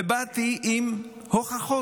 ובאתי עם הוכחות.